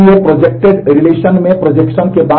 इसलिए projected relation का नाम नहीं है